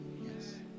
Yes